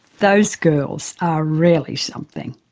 those girls are really something.